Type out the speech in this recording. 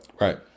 right